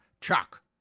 Chuck